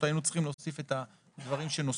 היינו צריכים להוסיף את הדברים שנוספו.